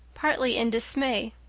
partly in dismay.